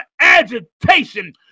agitation